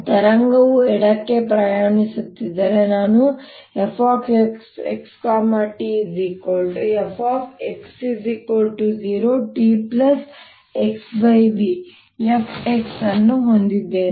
ತರಂಗವು ಎಡಕ್ಕೆ ಪ್ರಯಾಣಿಸುತ್ತಿದ್ದರೆ ನಾನುfxtfx0txv f x ಅನ್ನು ಹೊಂದಿದ್ದೇನೆ